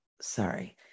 Sorry